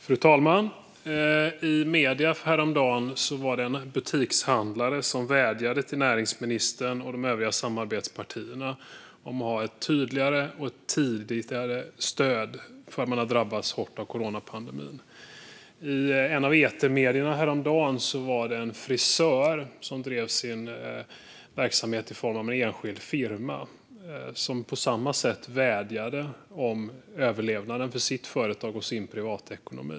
Fru talman! I medierna häromdagen var det en butikshandlare som vädjade till näringsministern och de övriga samarbetspartierna om ett tydligare och tidigare stöd för dem som drabbats hårt av coronapandemin. I ett av etermedierna häromdagen vädjade en frisör som drev sin verksamhet som enskild firma på samma sätt om stöd för sin privatekonomi och för företagets överlevnad.